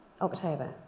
October